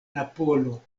napolo